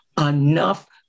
enough